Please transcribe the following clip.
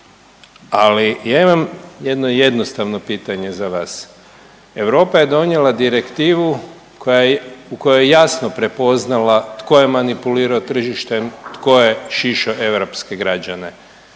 Ali ja imam jedno jednostavno pitanje za vas. Europa je donijela direktivu u kojoj je jasno prepoznala tko je manipulirao tržištem, tko je šišo europske građane.